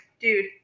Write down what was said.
dude